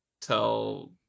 tell